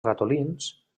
ratolins